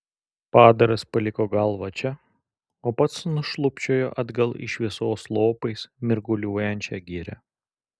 padaras paliko galvą čia o pats nušlubčiojo atgal į šviesos lopais mirguliuojančią girią